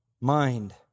mind